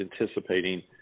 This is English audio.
anticipating